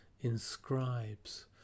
inscribes